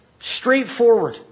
straightforward